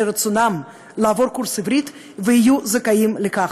רצונם לעבור קורס עברית ויהיו זכאים לכך.